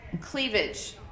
cleavage